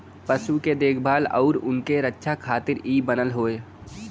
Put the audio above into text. पशु के देखभाल आउर उनके रक्षा खातिर इ बनल हौ